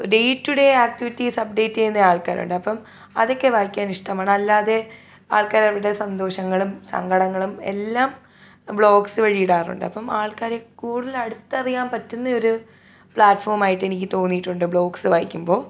day to day activities update ചെയ്യുന്ന ആൾക്കാരുണ്ട് അപ്പം അതൊക്കെ വായിക്കാനിഷ്ടമാണ് അല്ലാതെ ആൾക്കാരുടെ അവരുടെ സന്തോഷങ്ങളും സങ്കടങ്ങളും എല്ലാം വ്ളോഗ്സ് വഴി ഇടാറുണ്ട് അപ്പം ആൾക്കാരെ കൂടുതൽ അടുത്തറിയാൻ പറ്റുന്ന ഒരു പ്ലാറ്റ്ഫോമായിട്ട് എനിക്ക് തോന്നിയിട്ടുണ്ട് വ്ളോഗ്സ് വായിക്കുമ്പോൾ